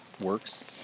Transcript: works